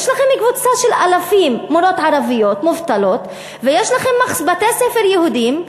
יש לכם קבוצה של אלפי מורות ערביות מובטלות ויש לכם בתי-ספר יהודיים,